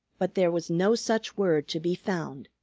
but there was no such word to be found.